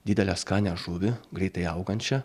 didelę skanią žuvį greitai augančią